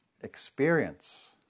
experience